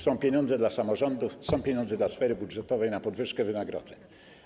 Są pieniądze dla samorządów, są pieniądze dla sfery budżetowej na podwyżkę wynagrodzeń.